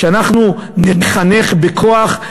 שאנחנו נחנך בכוח?